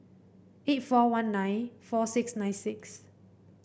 eight four one nine four six nine six